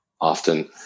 often